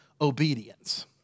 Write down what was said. obedience